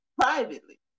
privately